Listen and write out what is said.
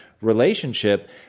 relationship